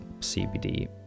CBD